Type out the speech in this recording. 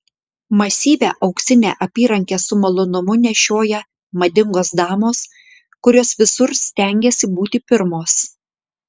masyvią auksinę apyrankę su malonumu nešioja madingos damos kurios visur stengiasi būti pirmos